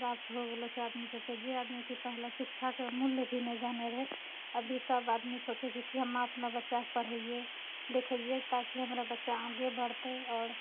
प्राप्त हो गेलौ छै आदमी सभकेँ जे आदमीके पहिले शिक्षा कऽ मूल्य भी नहि जानैत रहै अभी सभ आदमी सोचैत छै कि हम अपना बच्चा कऽ पढ़ैयै लिखैयै ताकि हमरा बच्चा आगे बढ़तै आओर